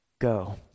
go